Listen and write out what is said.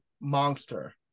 monster